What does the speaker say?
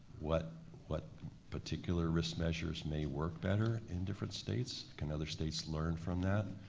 what what particular risk measures may work better in different states, can other states learn from that?